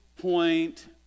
point